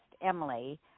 Emily